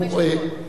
חמש דקות.